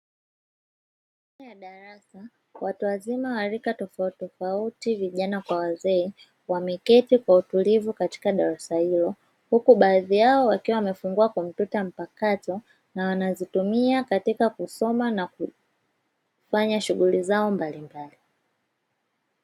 Ndani ya darasa, watu wazima wa rika tofautitofauti vijana kwa wazee wameketi kwa utulivu katika darasa hilo huku baadhi yao wakiwa wamefungua kompyuta mpakato na wanazitumia katika kusoma na kuafanya shughuli zao mbalimbali.